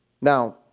Now